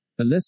Alyssa